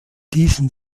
diesen